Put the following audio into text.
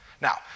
Now